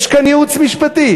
יש כאן ייעוץ משפטי,